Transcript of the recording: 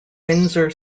windsor